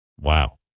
Wow